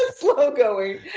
ah slow going.